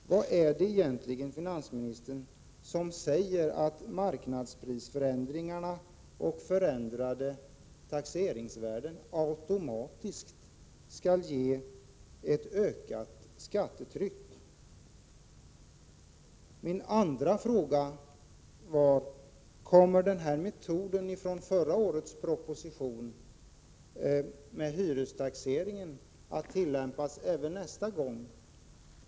Vad är det egentligen, finansministern, som säger att marknadsprisförändringarna och förändrade taxeringsvärden automatiskt måste innebära ett ökat skattetryck? Så till min andra fråga: Kommer den metod som tillämpades i samband med förra årets proposition när det gäller hyrestaxeringen att tillämpas även nästa gång detta blir aktuellt?